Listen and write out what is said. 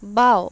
বাওঁ